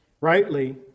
rightly